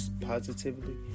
positively